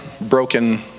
broken